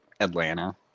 Atlanta